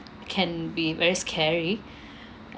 can be very scary